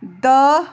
دہ